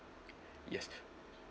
yes